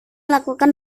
lakukan